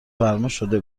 فرماشده